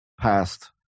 past